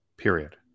period